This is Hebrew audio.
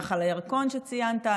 נחל הירקון שציינת,